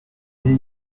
dix